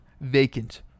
Vacant